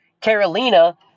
Carolina